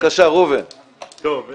טוב,